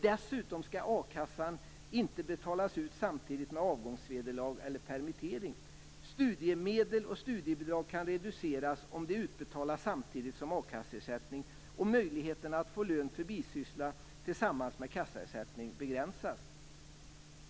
Dessutom skall a-kassan inte betalas ut samtidigt med avgångsvederlag eller vid permittering. Studiemedel och studiebidrag kan reduceras om de utbetalas samtidigt som akasseersättning, och möjligheten att få lön för bisyssla tillsammans med kassaersättning begränsas.